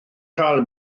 cael